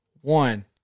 one